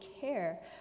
care